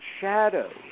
shadows